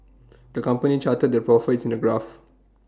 the company charted their profits in A graph